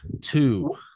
Two